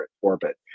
orbit